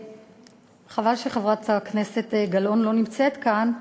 חבל שחברת הכנסת גלאון לא נמצאת כאן.